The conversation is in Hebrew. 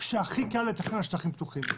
שהכי קל לתכנן על שטחים פתוחים.